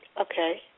Okay